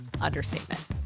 understatement